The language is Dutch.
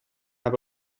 maar